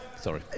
Sorry